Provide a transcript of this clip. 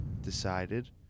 decided